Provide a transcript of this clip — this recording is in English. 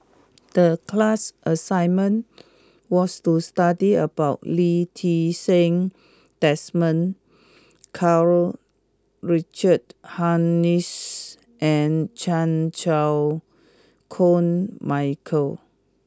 the class assignment was to study about Lee Ti Seng Desmond Karl Richard Hanitsch and Chan Chew Koon Michael